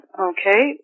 okay